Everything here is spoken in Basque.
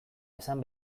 esan